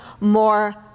more